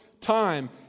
time